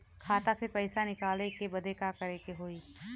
खाता से पैसा निकाले बदे का करे के होई?